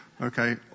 Okay